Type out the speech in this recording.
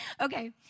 Okay